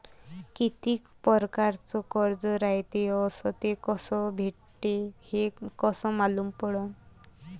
कितीक परकारचं कर्ज रायते अस ते कस भेटते, हे कस मालूम पडनं?